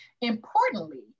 importantly